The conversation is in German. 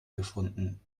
gefunden